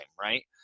right